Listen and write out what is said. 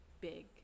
big